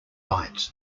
rights